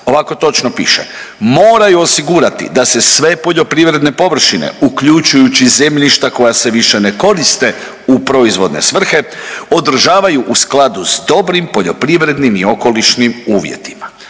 ovako točno piše, moraju osigurati da se sve poljoprivredne površine uključujući zemljišta koja se više ne koriste u proizvodne svrhe održavaju u skladu s dobrim poljoprivrednim i okolišnim uvjetima.